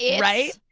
right?